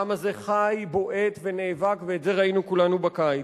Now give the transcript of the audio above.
העם הזה חי, בועט ונאבק, ואת זה ראינו כולנו בקיץ.